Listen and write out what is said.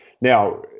now